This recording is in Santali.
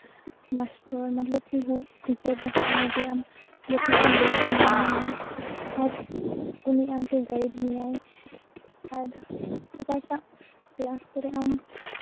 ᱢᱟᱥᱴᱚᱨ ᱠᱤ ᱢᱚᱛᱞᱚᱵ ᱠᱤ ᱳᱭ ᱴᱤᱪᱟᱨ ᱡᱟᱦᱟᱸᱭ ᱩᱱᱤᱜᱮ ᱟᱢ ᱡᱚᱛᱚᱠᱷᱚᱱ ᱵᱮᱥ ᱮᱢ ᱢᱚᱱᱮᱭᱮᱭᱟ ᱟᱨ ᱩᱱᱤ ᱟᱢᱜᱮ ᱜᱟᱭᱤᱰ ᱢᱮᱭᱟᱭ ᱟᱨ ᱚᱠᱟᱴᱟᱜ ᱠᱞᱟᱥ ᱠᱚᱨᱮ ᱟᱢ